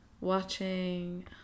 watching